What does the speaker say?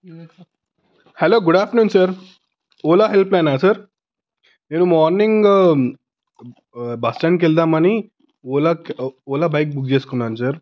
hello good afternoon sir Ola హెల్ప్లైనా sir నేను morning బస్టాండ్కి వెళదామని ఓలా ఓలా బైక్ బుక్ చేసుకున్నాను సార్